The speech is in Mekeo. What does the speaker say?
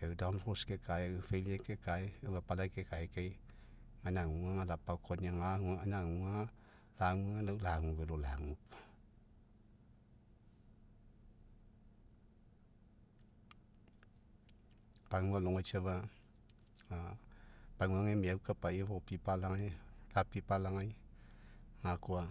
Eu kekae, eu kekae, eu apala kekae kai, egaina aguga ga, lapakoania ga gaina aguga, laguga lagu velo lagu. Pagua alogai safa, a pagua agemiau kapai fopipalagai, fapipalagai, gakoa.